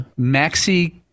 Maxi